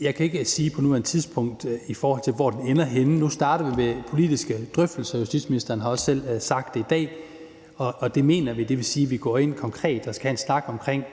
jeg kan ikke på nuværende tidspunkt sige, hvor det ender henne. Nu starter vi med politiske drøftelser, og justitsministeren har også selv sagt det i dag, og det mener vi, og det vil sige, at vi konkret går ind og skal have en snak omkring